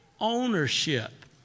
ownership